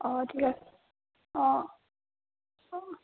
অঁ ঠিক আছে অঁ